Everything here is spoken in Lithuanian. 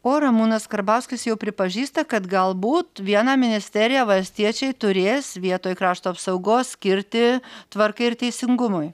o ramūnas karbauskis jau pripažįsta kad galbūt vieną ministeriją valstiečiai turės vietoj krašto apsaugos skirti tvarkai ir teisingumui